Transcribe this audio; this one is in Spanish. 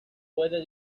puede